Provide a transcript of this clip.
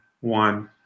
one